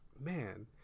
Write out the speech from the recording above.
man